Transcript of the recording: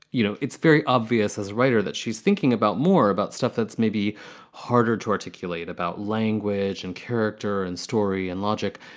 you know, it's very obvious as a writer that she's thinking about more about stuff that's maybe harder to articulate about language and character and story and logic.